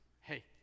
Hey